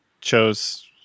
chose